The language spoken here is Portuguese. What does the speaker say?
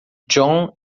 john